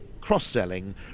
cross-selling